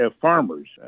farmers